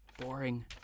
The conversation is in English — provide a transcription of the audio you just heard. Boring